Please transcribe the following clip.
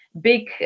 big